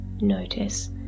notice